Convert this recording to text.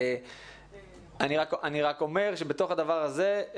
אני רק אומר שבתוך הדבר הזה,